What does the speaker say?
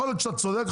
יכול להיות שאתה צודק,